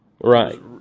right